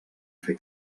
fer